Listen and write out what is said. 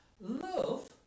love